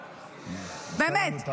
באמת,